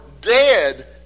dead